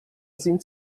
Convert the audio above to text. sind